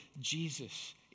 Jesus